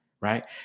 right